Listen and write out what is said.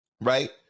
right